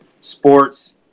sports